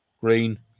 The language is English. green